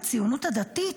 בציונות הדתית,